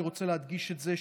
אני רוצה להדגיש את זה,